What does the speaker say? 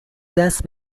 دست